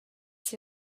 sie